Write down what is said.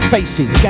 Faces